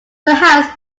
perhaps